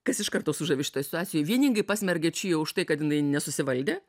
kas iš karto sužavi šitoj situacijoj vieningai pasmerkė čiją už tai kad jinai nesusivaldė